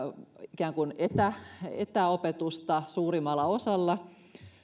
ikään kuin etäopetusta suurimmalla osalla